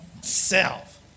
Self